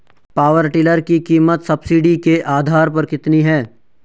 Power tiller की कीमत subsidy के आधार पर कितनी है?